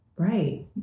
Right